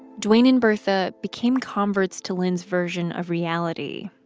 dwayne and bertha became converts to lynn's version of reality.